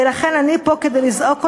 ולכן אני פה כדי לזעוק אותה,